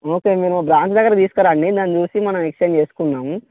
okay అండి మన branch దగ్గర తీసుకురండి దాన్ని చూసి మనం ఎక్స్ఛేంజ్ చేసుకుందాము